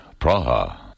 Praha